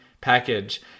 package